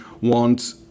want